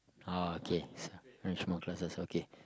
ah okay arrange more classes okay